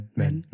men